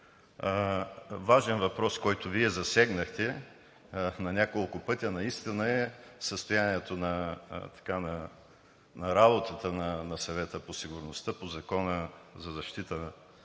важен въпрос, който Вие засегнахте на няколко пъти, наистина е състоянието на работата на Съвета по сигурността, по Закона за защита на